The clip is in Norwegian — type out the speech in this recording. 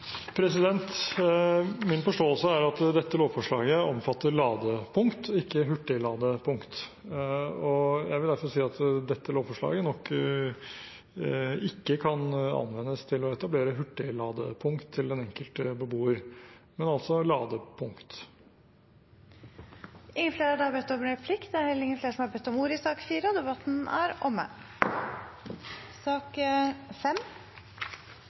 Min forståelse er at dette lovforslaget omfatter ladepunkt, ikke hurtigladepunkt. Jeg vil derfor si at dette lovforslaget nok ikke kan anvendes til å etablere hurtigladepunkt til den enkelte beboer, men ladepunkt. Replikkordskiftet er omme. Flere har heller ikke bedt om ordet til sak nr. 4. Etter ønske fra energi- og miljøkomiteen vil presidenten ordne debatten slik: 3 minutter til hver partigruppe og